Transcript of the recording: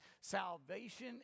Salvation